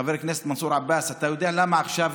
חבר הכנסת מנסור עבאס, אתה יודע למה עכשיו